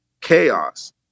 chaos